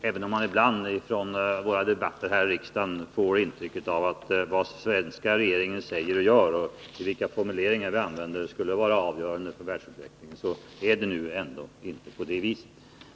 Även om man ibland från våra debatter här i riksdagen får intrycket att vad den svenska regeringen säger och gör och vilka formuleringar den använder skulle vara avgörande för världsutvecklingen, så är det ändå inte så.